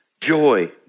joy